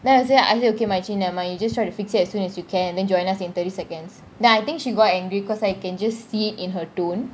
then I say I say okay marachin never mind you just try to fix it as soon as you can and then join us in thirty seconds then I think she got angry because I can just see it in her tone